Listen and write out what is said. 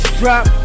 drop